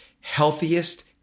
healthiest